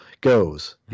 goes